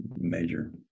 major